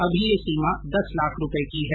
अभी यह सीमा दस लाख रूपये की है